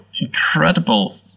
incredible